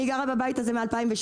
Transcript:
אני גרה בבית הזה מ-2008.